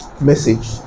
message